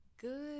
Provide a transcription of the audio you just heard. good